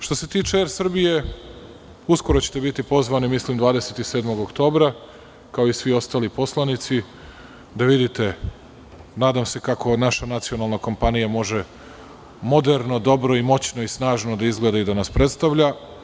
Što se tiče AIR Srbija, uskoro ćete biti pozvani, mislim 27. oktobra, kao i svi ostali poslanici, da vidite, nadam se, kako naša nacionalna kompanija može moderno, dobro, moćno i snažno da izgleda i da nas predstavlja.